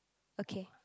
okay